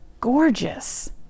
gorgeous